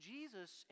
Jesus